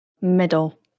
Middle